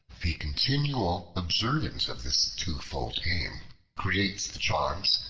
the continual observance of this twofold aim creates the charm,